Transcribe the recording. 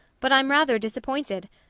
but i'm rather disappointed.